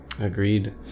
agreed